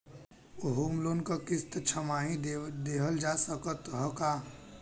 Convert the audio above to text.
Home loan क किस्त छमाही देहल जा सकत ह का?